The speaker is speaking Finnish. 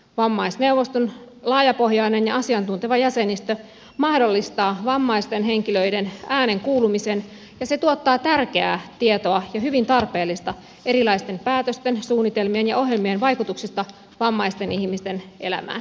vammaisneuvoston laajapohjainen ja asiantunteva jäsenistö mahdollistaa vammaisten henkilöiden äänen kuulumisen ja se tuottaa tärkeää ja hyvin tarpeellista tietoa erilaisten päätösten suunnitelmien ja ohjelmien vaikutuksista vammaisten ihmisten elämään ja suoriutumiseen